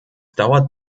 dauert